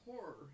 horror